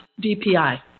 DPI